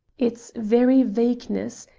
its very vagueness,